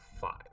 five